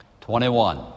Twenty-one